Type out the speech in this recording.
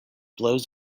blows